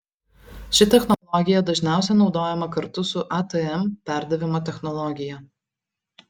ši technologija dažniausiai naudojama kartu su atm perdavimo technologija